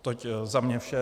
Toť za mě vše.